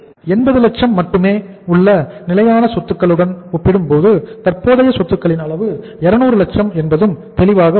80 லட்சம் மட்டுமே உள்ள நிலையான சொத்துக்களுடன் ஒப்பிடும் போது தற்போதைய சொத்துக்களின் அளவு 200 லட்சம் என்பதும் தெளிவாக உள்ளது